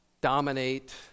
dominate